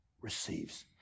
receives